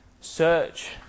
Search